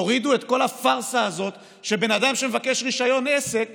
תורידו את כל הפארסה הזאת שבן אדם שמבקש רישיון עסק